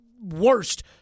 worst